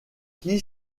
qui